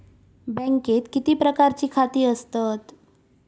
बँकेत किती प्रकारची खाती असतत?